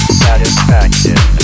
satisfaction